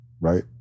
right